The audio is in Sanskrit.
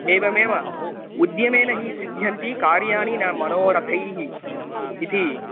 एवमेव उद्यमेन हि सिद्ध्यन्ति कार्याणि न मनोरथैः इति